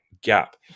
gap